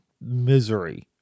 misery